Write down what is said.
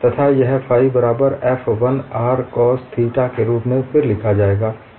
तथा यह फाइ बराबर f 1 r cos थीटा के रूप में फिर से लिखा जाएगा